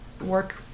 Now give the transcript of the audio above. work